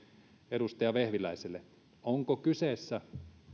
edustaja vehviläiselle ovatko kyseessä